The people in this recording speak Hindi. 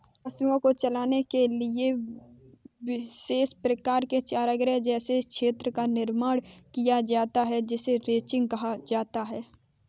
पशुओं को चराने के लिए विशेष प्रकार के चारागाह जैसे क्षेत्र का निर्माण किया जाता है जिसे रैंचिंग कहा जाता है